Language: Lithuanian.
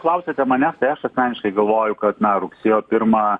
klausiate manęs tai aš asmeniškai galvoju kad na rugsėjo pirmą